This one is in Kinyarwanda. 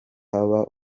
haba